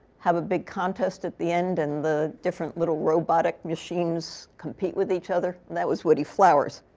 have a big contest at the end. and the different little robotic machines compete with each other. that was woodie flowers.